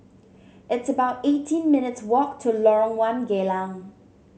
it's about eighteen minutes' walk to Lorong One Geylang